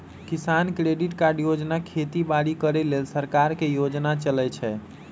किसान credit card योजना खेती बाड़ी करे लेल सरकार के योजना चलै छै